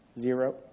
Zero